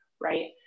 right